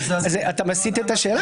אתה מסיט את השאלה.